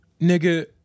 nigga